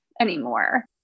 anymore